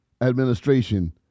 administration